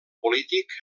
polític